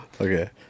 Okay